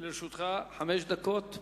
לרשותך חמש דקות.